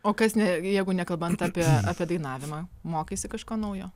o kas ne jeigu nekalbant apie apie dainavimą mokaisi kažko naujo